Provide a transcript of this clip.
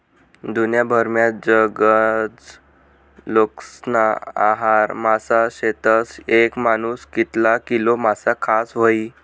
दुन्याभरमा गनज लोकेस्ना आहार मासा शेतस, येक मानूस कितला किलो मासा खास व्हयी?